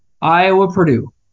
Iowa-Purdue